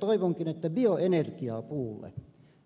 toivonkin että bioenergiapuulle